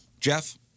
Jeff